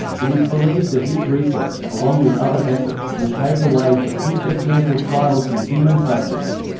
it is believed that this research, along with other efforts, will pave the way for future clinical trials in human subjects.